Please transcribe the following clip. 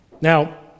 Now